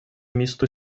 місто